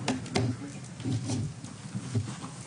(היו"ר שרן מרים השכל) שלום,